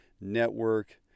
network